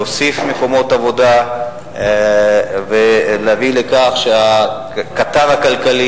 להוסיף מקומות עבודה ולהביא לכך שהקטר הכלכלי